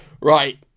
Right